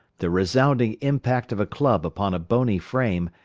the resounding impact of a club upon a bony frame,